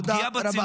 תודה רבה.